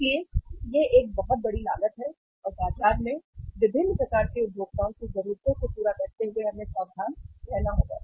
इसलिए यह एक बहुत बड़ी लागत है और बाजार में विभिन्न प्रकार के उपभोक्ताओं की जरूरतों को पूरा करते हुए हमें सावधान रहना होगा